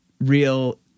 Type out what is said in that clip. real